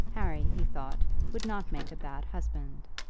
harry, he thought, would not make a bad husband.